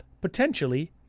potentially